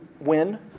win